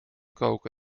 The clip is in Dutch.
koken